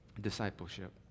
discipleship